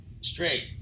straight